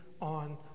on